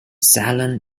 salon